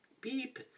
beep